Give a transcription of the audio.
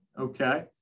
Okay